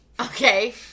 Okay